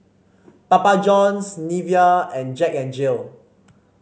Papa Johns Nivea and Jack N Jill